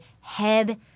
head